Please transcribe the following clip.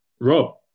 rob